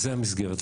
זה המסגרת,